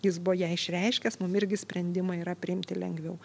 jis buvo ją išreiškęs mum irgi sprendimą yra priimti lengviau